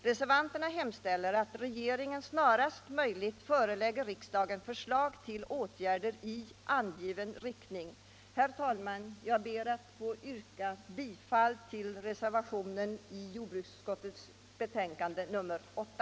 Reservanterna hemställer att regeringen snarast möjligt förelägger riksdagen förslag till åtgärder i angiven riktning. Herr talman! Jag ber att få yrka bifall till reservationen vid jordbruksutskottets betänkande nr 8.